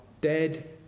dead